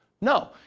No